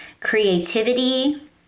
creativity